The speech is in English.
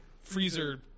freezer